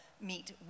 meet